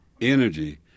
energy